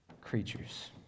creatures